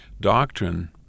doctrine